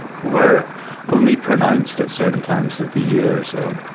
were only pronounced at certain times of the year. so,